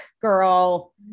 girl